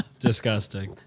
Disgusting